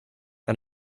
and